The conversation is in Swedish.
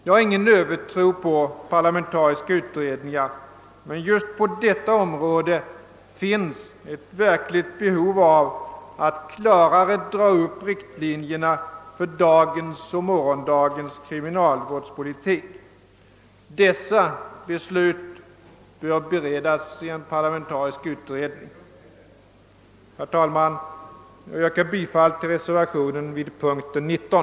Jag har ingen övertro på parlamentariska utredningar, men just på detta område finns ett verkligt behov av att klarare dra upp riktlinjerna för dagens och morgondagens kriminalvårdspolitik. Dessa beslut bör beredas i en parlamentarisk utredning. Herr talman! Jag yrkar bifall till reservationen 5 vid punkten 19.